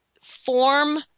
form